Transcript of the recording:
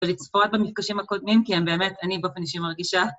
ולצבוע את המפגשים הקודמים, כי הם באמת, אני באופן אישי מרגישה...